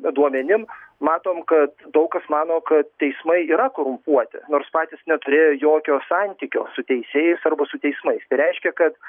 duomenim matom kad daug kas mano kad teismai yra korumpuoti nors patys neturėjo jokio santykio su teisėjais arba su teismais tai reiškia kad